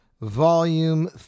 Volume